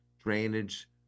drainage